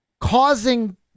causing